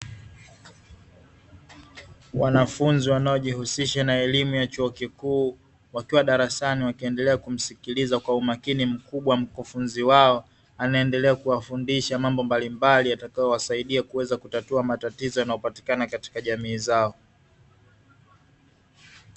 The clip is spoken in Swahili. Wanafunzi wanaojihusisha na elimu ya chuo kikuu, wakiwa darasani wakiendelea kumsikiliza kwa umakini mkubwa mkufunzi wao. Anaendelea kuwafundisha mambo mbalimbali yatakayowasaidia kutatua kuweza matatizo yanayopatikana katika jamii zao.